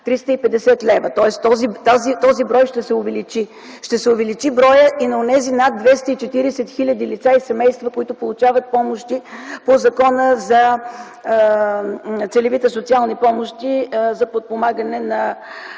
350 лв. Тоест този брой ще се увеличи. Ще се увеличи броят и на онези над 240 хил. лица и семейства, които получават помощи по Закона за целевите социални помощи за подпомагане